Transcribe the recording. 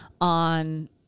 on